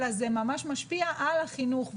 אלא זה ממש משפיע על החינוך,